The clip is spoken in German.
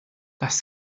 das